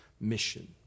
mission